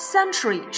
Century